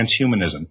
transhumanism